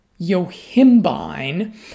yohimbine